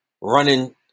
running